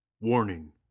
Warning